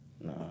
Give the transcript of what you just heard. Nah